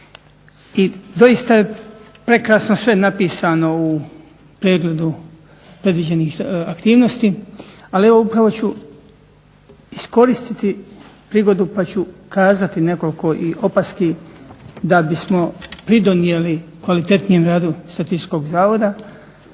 doista je prekrasno sve napisano u pregledu predviđenih aktivnosti, ali evo upravo ću iskoristiti prigodu pa ću kazati nekoliko i opaski da bismo pridonijeli kvalitetnijem radu Statističkog zavoda